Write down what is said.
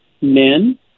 men